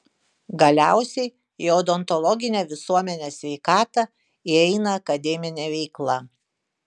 galiausiai į odontologinę visuomenės sveikatą įeina akademinė veikla